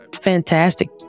fantastic